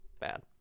bad